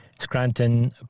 Scranton